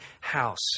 house